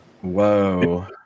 Whoa